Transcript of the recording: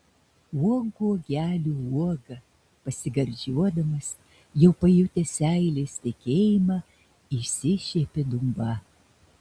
uogų uogelių uoga pasigardžiuodamas jau pajutęs seilės tekėjimą išsišiepė dumba